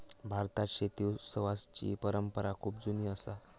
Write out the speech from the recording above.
भारतात शेती उत्सवाची परंपरा खूप जुनी असा